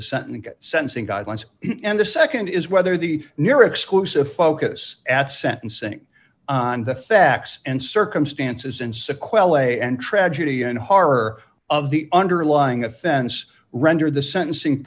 the sentence at sensing guidelines and the nd is whether the near exclusive focus at sentencing on the facts and circumstances in sequential a and tragedy and horror of the underlying offense rendered the sentencing